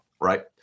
right